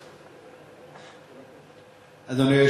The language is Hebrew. אדוני.